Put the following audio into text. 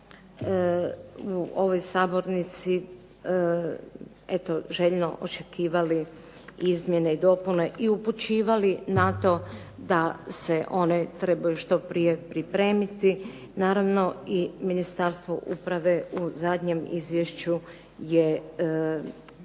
u ovoj sabornici željno očekivali izmjene i dopune i upućivali na to da se one trebaju što prije pripremiti. Naravno, i Ministarstvo uprave u zadnjem izvješću je